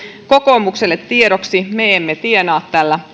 kokoomukselle tiedoksi me emme tienaa tällä